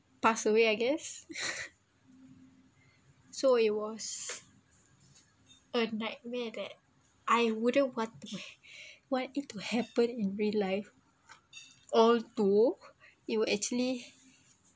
passed away I guess so it was a nightmare that I wouldn't want want it to happen in real life or to it will actually